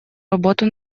работу